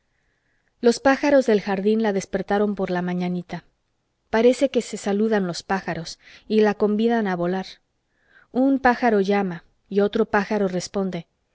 los pájaros del jardín la despertaron por la mañanita parece que se saludan los pájaros y la convidan a volar un pájaro llama y otro pájaro responde